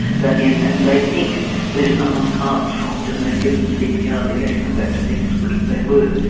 damien, and they think that if someone's heart's stopped and they are given cpr they are going to come back to being as good as they were.